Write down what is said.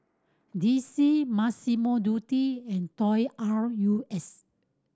D C Massimo Dutti and Toy R U S